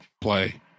play